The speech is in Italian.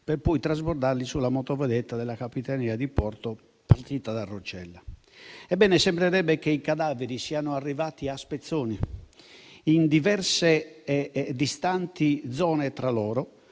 per poi trasportarli sulla motovedetta della Capitaneria di porto partita da Roccella. Ebbene, sembrerebbe che i cadaveri siano arrivati a spezzoni in diverse e distanti zone tra loro